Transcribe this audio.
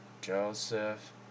Joseph